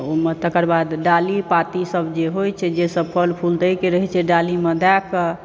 ओहिमे तकर बाद डाली पातीसभ जे होइत छै जे सभ फल फूल दयके रहैत छै डालीमऽ दैकऽ